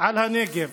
על הנגב.